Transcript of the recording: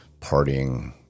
partying